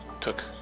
took